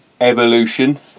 evolution